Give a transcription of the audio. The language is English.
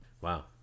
Wow